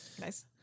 nice